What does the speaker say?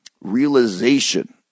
realization